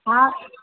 हा